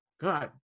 god